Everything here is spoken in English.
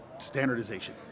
Standardization